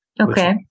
okay